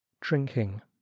drinking